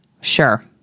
Sure